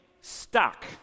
stuck